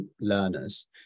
learners